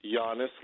Giannis